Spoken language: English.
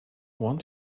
want